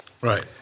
right